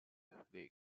league